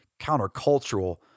countercultural